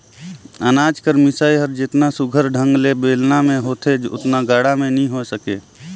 अनाज कर मिसई हर जेतना सुग्घर ढंग ले बेलना मे होथे ओतना गाड़ा मे नी होए सके